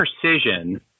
precision